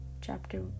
chapter